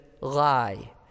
lie